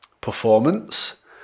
performance